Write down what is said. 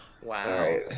Wow